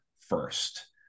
first